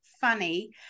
funny